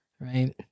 Right